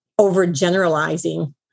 overgeneralizing